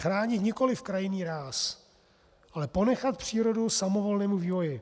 Chránit nikoliv krajinný ráz, ale ponechat přírodu samovolnému vývoji.